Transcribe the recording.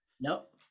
Nope